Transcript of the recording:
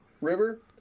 River